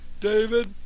David